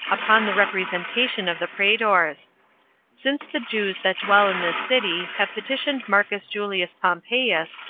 upon the representation of the praetors. since the jews that dwell in this city have petitioned marcus julius pompeius,